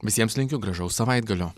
visiems linkiu gražaus savaitgalio